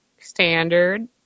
standard